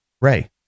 Ray